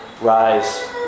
rise